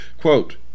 Quote